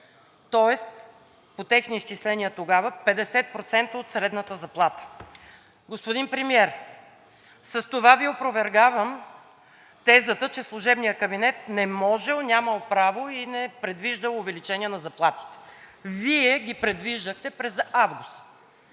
тоест по техни изчисления тогава 50% от средната заплата. Господин Премиер, с това Ви опровергавам тезата, че служебният кабинет не можел, нямал право и не предвиждал увеличение на заплатите. Вие ги предвиждахте през август.